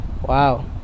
Wow